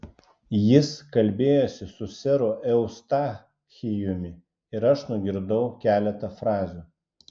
jis kalbėjosi su seru eustachijumi ir aš nugirdau keletą frazių